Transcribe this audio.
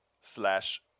slash